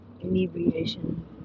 inebriation